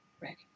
ready